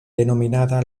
denominada